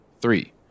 Three